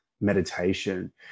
meditation